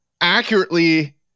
accurately